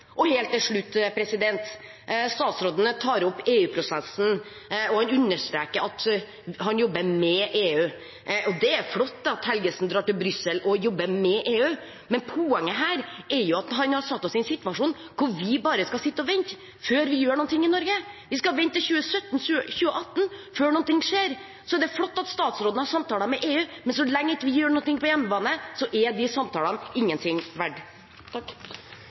fascinerende. Helt til slutt: Statsråden tar opp EU-prosessen, og han understreker at han jobber med EU. Det er flott at Helgesen drar til Brussel og jobber med EU, men poenget her er at han har satt oss i en situasjon hvor vi bare skal sitte og vente før vi gjør noe i Norge. Vi skal vente til 2017, 2018 før noe skjer. Det er flott at statsråden har samtaler med EU, men så lenge vi ikke gjør noe på hjemmebane, er de samtalene ingenting